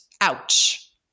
Ouch